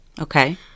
Okay